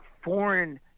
foreign